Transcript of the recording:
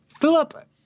Philip